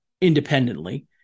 independently